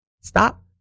Stop